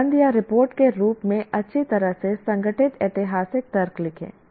निबंध या रिपोर्ट के रूप में अच्छी तरह से संगठित ऐतिहासिक तर्क लिखें